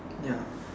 ya